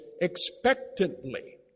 expectantly